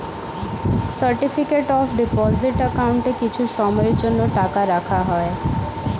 certificate of deposit অ্যাকাউন্টে কিছু সময়ের জন্য টাকা রাখা হয়